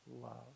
love